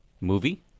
Movie